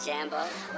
Jambo